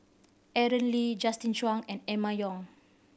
Aaron Lee Justin Zhuang and Emma Yong